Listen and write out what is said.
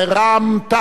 רע"ם-תע"ל,